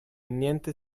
niente